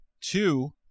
two